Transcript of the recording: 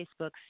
Facebook